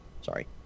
Sorry